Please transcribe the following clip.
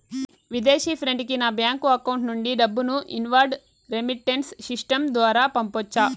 విదేశీ ఫ్రెండ్ కి నా బ్యాంకు అకౌంట్ నుండి డబ్బును ఇన్వార్డ్ రెమిట్టెన్స్ సిస్టం ద్వారా పంపొచ్చా?